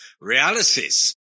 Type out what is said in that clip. Realities